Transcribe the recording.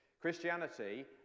Christianity